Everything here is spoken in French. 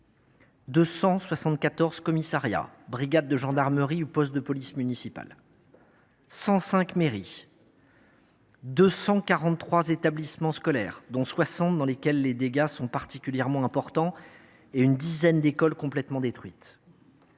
274 commissariats, brigades de gendarmerie ou postes de police municipale ; 105 mairies ; 243 établissements scolaires, dont 60 dans lesquels les dégâts sont particulièrement importants et une dizaine d’écoles complètement détruites